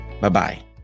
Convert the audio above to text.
Bye-bye